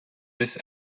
this